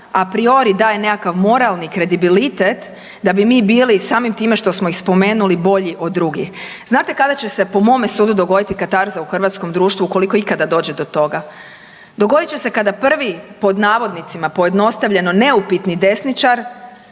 apriori daje nekakav moralni kredibilitet da bi mi bili samim time što smo ih spomenuli bolji od drugih. Znate kada će se po mome sudu dogoditi katarza u hrvatskom društvu ukoliko ikada dođe do toga? Dogodit će se kada prvi pod navodnicima pojednostavljeno neupitni desničar